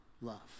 love